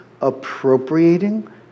appropriating